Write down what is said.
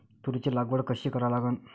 तुरीची लागवड कशी करा लागन?